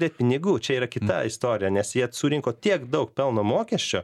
dėti pinigų čia yra kita istorija nes jie surinko tiek daug pelno mokesčio